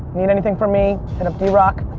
need anything from me, hit up drock.